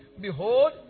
Behold